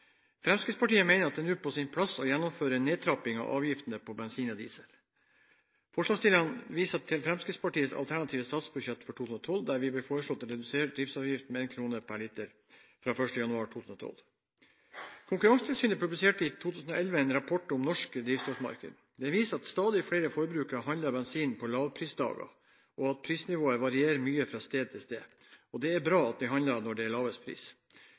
Fremskrittspartiet mener at det nå er på sin plass å gjennomføre en nedtrapping av avgiftene på bensin og diesel. Forslagsstillerne viser til Fremskrittspartiets alternative statsbudsjett for 2012, der det ble foreslått å redusere drivstoffavgiftene med en krone per liter fra 1. januar 2012. Konkurransetilsynet publiserte i 2011 en rapport om det norske drivstoffmarkedet. Den viser at stadig flere forbrukere handler bensin på lavprisdager, og at prisnivået varierer mye fra sted til sted. Det er bra at vi handler når det er lavest pris.